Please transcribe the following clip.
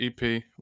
EP